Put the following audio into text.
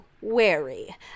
wary